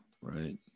right